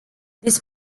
this